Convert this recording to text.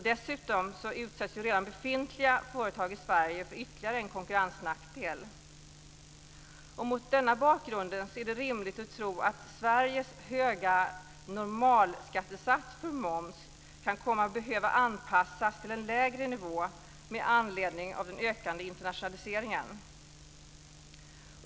Dessutom utsätts redan befintliga företag i Sverige för ytterligare en konkurrensnackdel. Mot denna bakgrund är det rimligt att tro att Sveriges höga normalskattesats för moms kan komma att behöva anpassas till en lägre nivå med anledning av den ökande internationaliseringen.